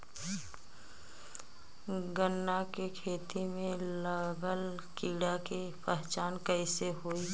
गन्ना के खेती में लागल कीड़ा के पहचान कैसे होयी?